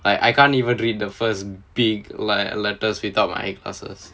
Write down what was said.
I I can't even read the first big let~ letters without my glasses